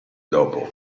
dopo